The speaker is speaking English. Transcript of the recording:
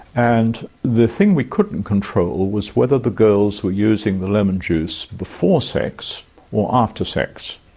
and the thing we couldn't control was whether the girls were using the lemon juice before sex or after sex.